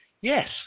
Yes